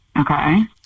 Okay